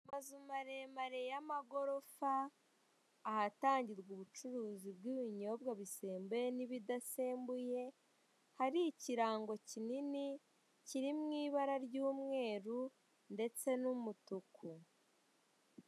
Amazu maremare y'amagorofa ahatangirwa ubucuruzi bw'ibinyobwa bisembe n'ibidasembuye, hari ikirango kinini kiri mu ibara ry'umweru ndetse n'umutuku.